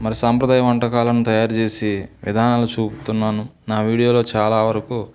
మన సాంప్రదాయ వంటకాలను తయారు చేసే విధానాలను చూపుతున్నాను నా వీడియోలో చాలా వరకూ